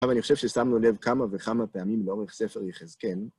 עכשיו, אני חושב ששמנו לב כמה וכמה פעמים לאורך ספר יחזקאל.